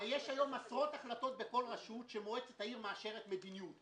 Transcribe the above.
לכל רשות שמועצת העיר מאשרת מדיניות.